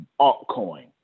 altcoin